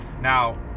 Now